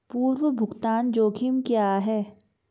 पूर्व भुगतान जोखिम क्या हैं?